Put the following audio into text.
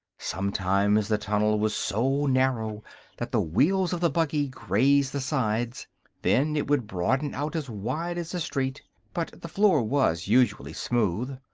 sometimes the tunnel was so narrow that the wheels of the buggy grazed the sides then it would broaden out as wide as a street but the floor was usually smooth,